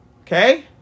Okay